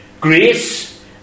grace